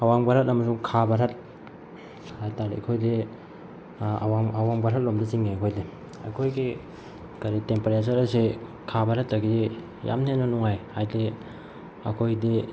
ꯑꯋꯥꯡ ꯚꯥꯔꯠ ꯑꯃꯁꯨꯡ ꯈꯥ ꯚꯥꯔꯠ ꯍꯥꯏꯇꯔꯦ ꯑꯩꯈꯣꯏꯒꯤ ꯑꯋꯥꯡ ꯚꯥꯔꯠ ꯂꯣꯝꯗ ꯆꯤꯡꯉꯦ ꯑꯩꯈꯣꯏꯗꯤ ꯑꯩꯈꯣꯏꯒꯤ ꯀꯔꯤ ꯇꯦꯝꯄꯦꯔꯦꯆꯔ ꯑꯁꯤ ꯈꯥ ꯚꯥꯔꯠꯇꯒꯤ ꯌꯥꯝꯅ ꯍꯦꯟꯅ ꯅꯨꯡꯉꯥꯏ ꯍꯥꯏꯗꯤ ꯑꯩꯈꯣꯏꯗꯤ